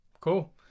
Cool